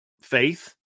faith